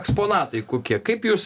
eksponatai kokie kaip jūs